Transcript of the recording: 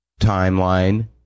timeline